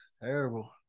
Terrible